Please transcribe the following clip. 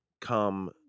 come